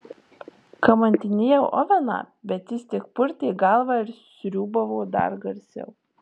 kamantinėjau oveną bet jis tik purtė galvą ir sriūbavo dar garsiau